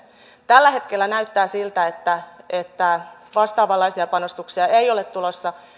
tällä hetkellä näyttää siltä että että vastaavanlaisia panostuksia ei ole tulossa